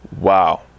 wow